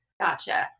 Gotcha